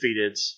undefeateds